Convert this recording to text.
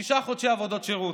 שישה חודשי עבודות שירות.